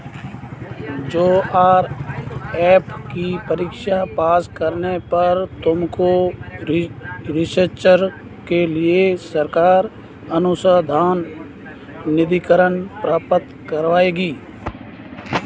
JRF की परीक्षा pass करने पर तुमको रिसर्च के लिए सरकार अनुसंधान निधिकरण प्राप्त करवाएगी